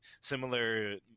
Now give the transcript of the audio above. similar